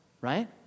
Right